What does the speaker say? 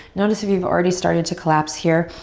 notice if you've already started to collapse here.